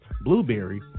Blueberry